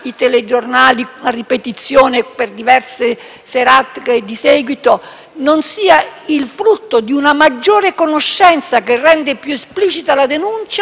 serate di seguito, non sia il frutto di una maggiore conoscenza, che rende più esplicita la denuncia, o non vi sia l'emulazione, che nasce